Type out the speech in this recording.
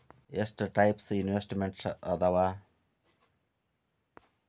ಎಷ್ಟ types investments ಅದಾವ